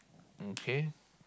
mm K